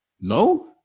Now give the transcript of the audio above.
No